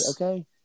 okay